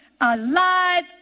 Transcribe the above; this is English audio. Alive